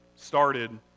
started